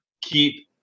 keep